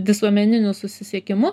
visuomeniniu susisiekimu